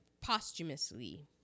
posthumously